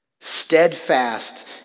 steadfast